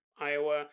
Iowa